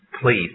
please